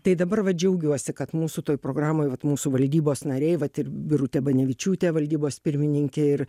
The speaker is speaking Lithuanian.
tai dabar va džiaugiuosi kad mūsų toj programoj mūsų valdybos nariai vat ir birutė banevičiūtė valdybos pirmininkė ir